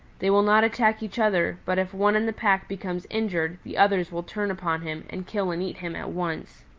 they will not attack each other, but if one in the pack becomes injured, the others will turn upon him, and kill and eat him at once.